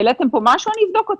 העליתם פה משהו, אני אבדוק אותו.